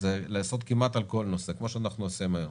זה לעשות כמעט על כל נושא כמו שאנחנו עושים היום,